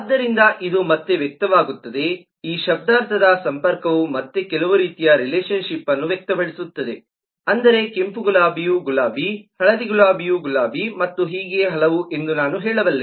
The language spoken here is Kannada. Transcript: ಆದ್ದರಿಂದ ಇದು ಮತ್ತೆ ವ್ಯಕ್ತವಾಗುತ್ತದೆ ಈ ಶಬ್ದಾರ್ಥದ ಸಂಪರ್ಕವು ಮತ್ತೆ ಕೆಲವು ರೀತಿಯ ರಿಲೇಶನ್ ಶಿಪ್ಅನ್ನು ವ್ಯಕ್ತಪಡಿಸುತ್ತದೆ ಅಂದರೆ ಕೆಂಪು ಗುಲಾಬಿಯು ಗುಲಾಬಿ ಹಳದಿ ಗುಲಾಬಿಯು ಗುಲಾಬಿ ಮತ್ತು ಹೀಗೆ ಹಲವು ಎಂದು ನಾನು ಹೇಳಬಲ್ಲ